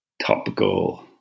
topical